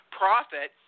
profit